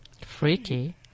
freaky